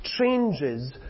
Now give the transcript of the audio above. changes